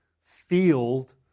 field